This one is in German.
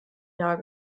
jahr